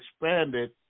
expanded